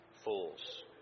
Fools